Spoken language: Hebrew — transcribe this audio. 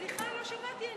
סליחה, לא שמעתי.